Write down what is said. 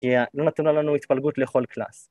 כי אם נתון לנו התפלגות לכל קלאס